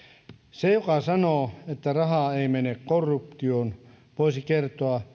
se joka sanoo että rahaa ei mene korruptioon voisi kertoa